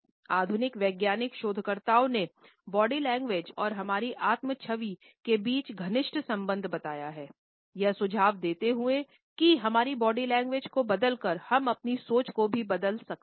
आधुनिक वैज्ञानिक शोधकर्ताओं ने बॉडी लैंग्वेज और हमारी आत्म छवि के बीच घनिष्ठ संबंध बताया है यह सुझाव देते हुए कि हमारी बॉडी लैंग्वेज को बदलकर हम अपनी सोच को भी बदल सकते हैं